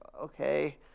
okay